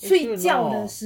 are you sure or not